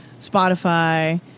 Spotify